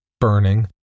burning